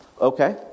Okay